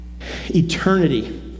eternity